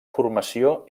formació